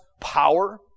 power